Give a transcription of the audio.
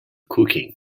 cooking